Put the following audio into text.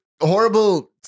horrible